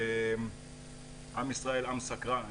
עם ישראל עם סקרן.